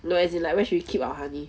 no as in like when should we keep our honey